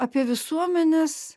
apie visuomenes